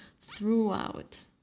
throughout